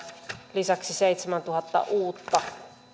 lisäksi seitsemäntuhatta uutta